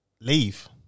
Leave